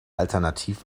alternativ